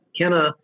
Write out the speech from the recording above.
Kenna